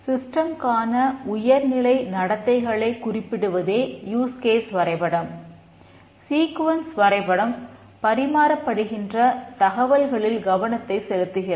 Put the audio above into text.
சிஸ்டம்க்கான வரைபடம் பரிமாறப்படுகின்றன தகவல்களில் கவனத்தைச் செலுத்துகிறது